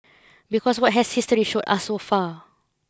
because what has history showed us so far